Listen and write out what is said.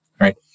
Right